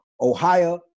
Ohio